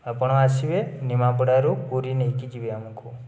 ଆପଣ ଆସିବେ ନିମାପଡ଼ାରୁ ପୁରୀ ନେଇକି ଯିବେ ଆମକୁ